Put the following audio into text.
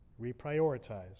Reprioritize